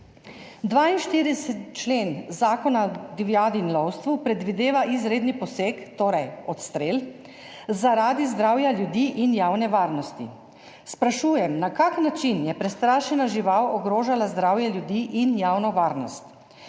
42. člen Zakona o divjadi in lovstvu predvideva izredni poseg, torej odstrel, zaradi zdravja ljudi in javne varnosti. Sprašujem vas: Na kakšen način je prestrašena žival ogrožala zdravje ljudi in javno varnost?